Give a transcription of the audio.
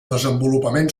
desenvolupament